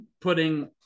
putting